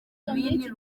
cyari